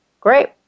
Great